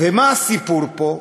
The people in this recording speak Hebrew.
ומה הסיפור פה?